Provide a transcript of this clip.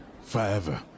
forever